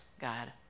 God